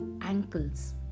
ankles